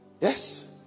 Yes